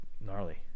gnarly